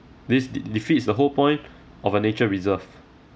this de~ defeats the whole point of a nature reserve